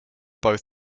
both